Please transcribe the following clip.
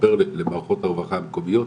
שתתחבר למערכות הרווחה המקומיות,